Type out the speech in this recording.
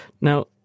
Now